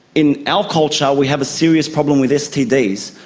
in our culture we have a serious problem with stds,